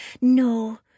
No